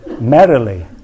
merrily